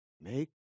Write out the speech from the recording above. Make